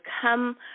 come